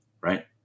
Right